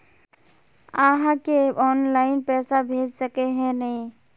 आहाँ के ऑनलाइन पैसा भेज सके है नय?